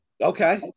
okay